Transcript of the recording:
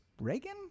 Reagan